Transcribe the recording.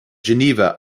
geneva